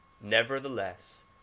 nevertheless